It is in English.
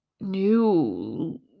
new